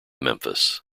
memphis